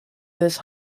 this